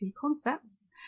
concepts